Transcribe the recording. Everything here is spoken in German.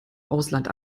ausland